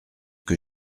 que